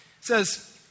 says